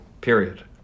period